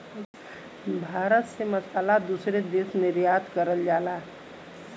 भारत से मसाला दूसरे देश निर्यात करल जाला